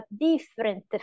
different